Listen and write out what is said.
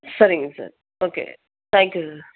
சரிங்க sir okay thank you sir